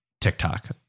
TikTok